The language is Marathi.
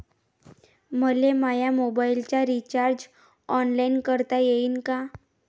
मले माया मोबाईलचा रिचार्ज ऑनलाईन करता येईन का?